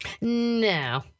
No